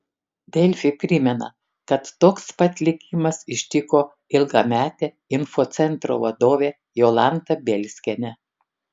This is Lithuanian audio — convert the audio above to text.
delfi primena kad toks pat likimas ištiko ilgametę infocentro vadovę jolantą bielskienę